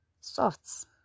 soft